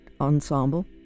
Ensemble